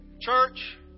Church